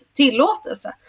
tillåtelse